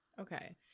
Okay